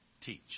teach